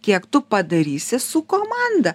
kiek tu padarysi su komanda